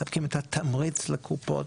מספקים את התמריץ לקופות,